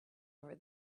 over